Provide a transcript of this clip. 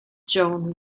joan